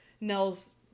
Nell's